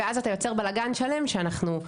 ואז אתה יוצר בלגן שלם שאנחנו,